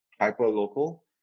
hyper-local